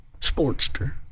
sportster